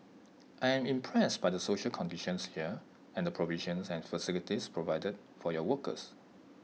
I am impressed by the social conditions here and the provisions and facilities provided for your workers